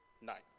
night